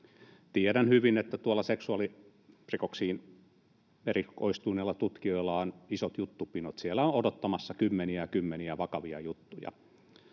Tiedän hyvin, että seksuaalirikoksiin erikoistuneilla tutkijoilla on isot juttupinot. Siellä on odottamassa kymmeniä ja kymmeniä vakavia juttuja.